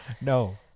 No